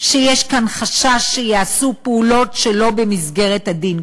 שיש כאן חשש שייעשו פעולות שלא במסגרת הדין.